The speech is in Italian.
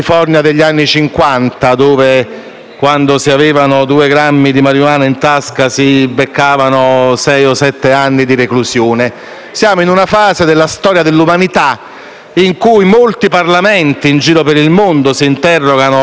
quando si avevano due grammi di marijuana in tasca, si beccavano sei o sette anni di reclusione; siamo in una fase della storia dell'umanità in cui molti Parlamenti, in giro per il mondo, si interrogano con serietà, senza argomenti